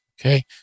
okay